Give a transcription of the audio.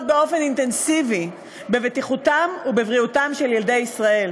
באופן אינטנסיבי בבטיחותם ובבריאותם של ילדי ישראל.